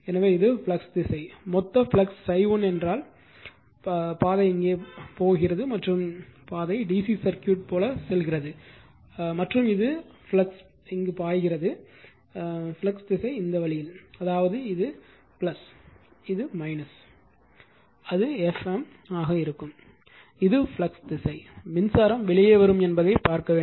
எனவே இது ஃப்ளக்ஸ் திசை மொத்த ஃப்ளக்ஸ் ∅1 என்றால் பாதை இங்கே போகிறது மற்றும் பாதை DC சர்க்யூட் போல செல்கிறது மற்றும் இது ஃப்ளக்ஸ் பாய்கிறது மற்றும் ஃப்ளக்ஸ் திசை இந்த வழி அதாவது இது இருக்கும் இது இருக்கும் அது எஃப் மீ ஆக இருக்கும் இது ஃப்ளக்ஸ் திசை மின்சாரம் வெளியே வரும் என்பதை பார்க்க வேண்டும்